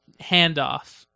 handoff